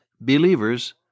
believers